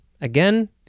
Again